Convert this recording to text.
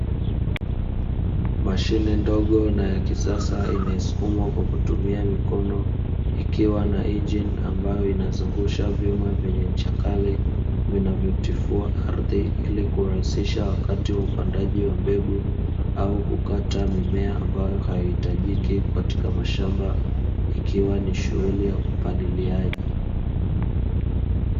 Mashine ndogo na ya kisasa inayosukumwa kwa kutumia mikono, ikiwa na injini ambayo inazungusha vyuma vyenye ncha kali, vinavyotifua ardhi ili kurahisisha wakati wa upandaji wa mbegu, au kukata mimea ambayo haihitajiki katika mashamba ikiwa ni shughuli ya upaliliaji.